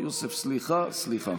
יוסף, סליחה, סליחה.